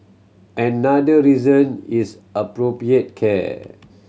another reason is appropriate care